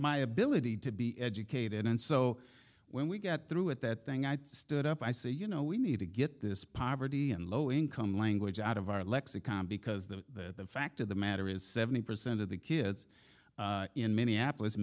my ability to be educated and so when we get through with that thing i stood up i say you know we need to get this poverty and low income language out of our lexicon because the fact of the matter is seventy percent of the kids in minneapolis